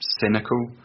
cynical